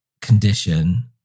condition